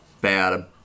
bad